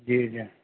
جی جی